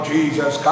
Jesus